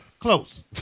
Close